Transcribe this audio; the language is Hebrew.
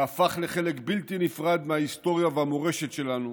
והפך לחלק בלתי נפרד מההיסטוריה והמורשת שלנו,